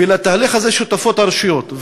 ולתהליך הזה שותפות הרשויות,